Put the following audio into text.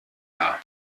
haar